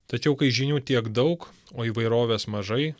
tačiau kai žinių tiek daug o įvairovės mažai